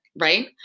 Right